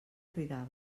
cridaven